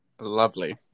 Lovely